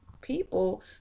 people